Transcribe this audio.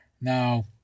now